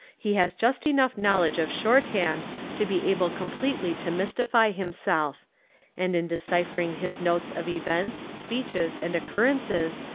he has just enough knowledge of short hand to be able completely to mystify himself and in deciphering his notes of events, speeches, and occurrences,